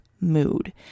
mood